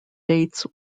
dates